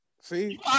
See